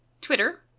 Twitter